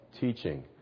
teaching